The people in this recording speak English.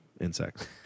insects